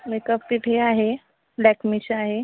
makeup kit हे आहे लॅक्मेचं आहे